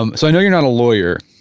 um so i know you're not a lawyer,